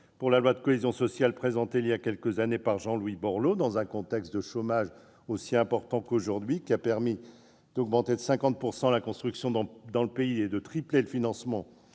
pour la loi de cohésion sociale, présentée il y a quelques années par Jean-Louis Borloo, dans un contexte de chômage aussi important qu'aujourd'hui, qui a permis d'augmenter de 50 % le nombre des constructions et de tripler le financement